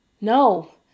No